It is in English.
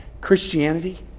Christianity